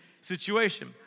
situation